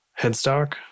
headstock